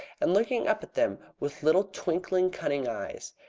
and looking up at them with little twinkling, cunning eyes.